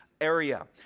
area